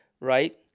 right